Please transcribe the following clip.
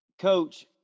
Coach